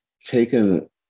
taken